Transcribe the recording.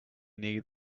need